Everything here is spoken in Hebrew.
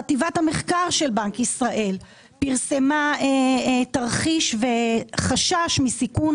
חטיבת המחקר של בנק ישראל פרסמה תרחיש וחשש מסיכון